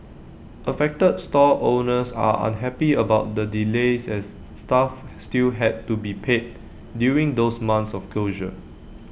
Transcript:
affected stall owners are unhappy about the delays as staff still had to be paid during those months of closure